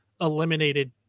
eliminated